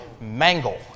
mangle